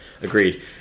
Agreed